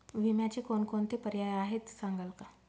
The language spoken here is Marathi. विम्याचे कोणकोणते पर्याय आहेत सांगाल का?